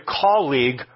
colleague